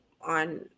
on